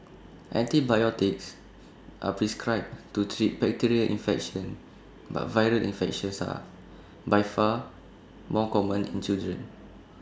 antibiotics are prescribed to treat bacterial infections but viral infections are by far more common in children